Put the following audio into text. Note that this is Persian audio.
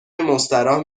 مستراح